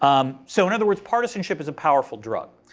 um so in other words, partisanship is a powerful drug.